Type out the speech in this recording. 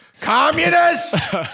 communists